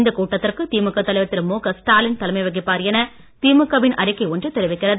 இந்தக் கூட்டத்திற்கு திமுக தலைவர் திரு முக ஸ்டாலின் தலைமை வகிப்பார் என திமுக வின் அறிக்கை ஒன்று தெரிவிக்கிறது